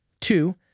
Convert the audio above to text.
Two